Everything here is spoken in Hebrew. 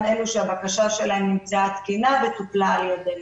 אלה שהבקשה שלהם נמצאה תקינה וטופלה על ידינו.